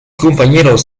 compañeros